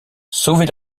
sauver